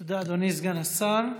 תודה, אדוני, סגן השר.